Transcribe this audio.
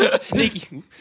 sneaky